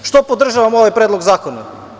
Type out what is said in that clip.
Zašto podržavam ovaj predlog zakona?